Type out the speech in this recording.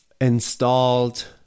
installed